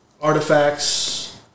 artifacts